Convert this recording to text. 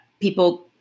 People